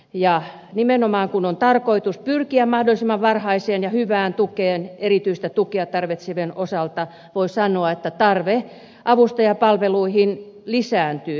ja nimenomaan kun on tarkoitus pyrkiä mahdollisen varhaiseen ja hyvään tukeen erityistä tukea tarvitsevien osalta voi sanoa että tarve avustajapalveluihin lisääntyy